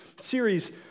series